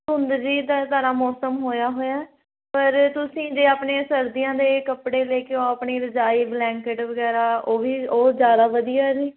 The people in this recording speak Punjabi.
ਧੁੰਦ ਜੀ ਤੇ ਤਰ੍ਹਾਂ ਮੌਸਮ ਹੋਇਆ ਹੋਇਆ ਪਰ ਤੁਸੀਂ ਜੇ ਆਪਣੇ ਸਰਦੀਆਂ ਦੇ ਕੱਪੜੇ ਲੈ ਕੇ ਆਓ ਆਪਣੀ ਰਜ਼ਾਈ ਬਲੈਂਕਡ ਵਗੈਰਾ ਉਹ ਵੀ ਉਹ ਜ਼ਿਆਦਾ ਵਧੀਆ ਜੀ